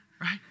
Right